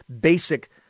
basic